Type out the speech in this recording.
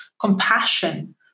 compassion